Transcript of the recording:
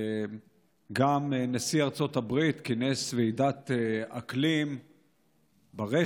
גם נשיא ארצות הברית כינס ועידת אקלים ברשת,